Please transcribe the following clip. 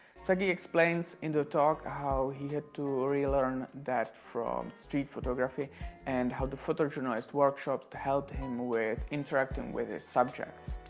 saguy explains in the talk how he had to relearn that from street photography and how the photojournalist workshops to helped him with interacting with his subjects.